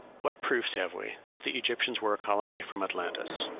what proofs have we that the egyptians were a colony from atlantis?